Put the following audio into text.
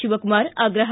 ಶಿವಕುಮಾರ್ ಆಗ್ರಹ